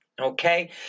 Okay